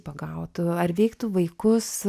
pagautų ar veiktų vaikus